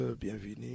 bienvenue